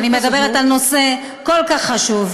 חברים, אני מדברת על נושא כל כך חשוב.